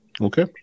Okay